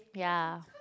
ya